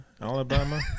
Alabama